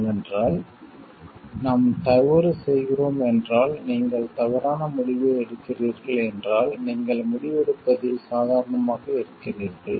ஏனென்றால் நாம் தவறு செய்கிறோம் என்றால் நீங்கள் தவறான முடிவை எடுக்கிறீர்கள் என்றால் நீங்கள் முடிவெடுப்பதில் சாதாரணமாக இருக்கீறீர்கள்